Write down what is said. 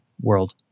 world